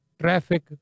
traffic